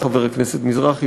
חבר הכנסת מזרחי,